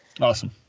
Awesome